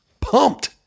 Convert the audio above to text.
Pumped